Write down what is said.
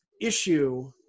issue